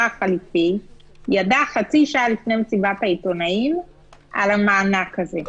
החליפי ידע חצי שעה לפני מסיבת העיתונאים על המענק הזה,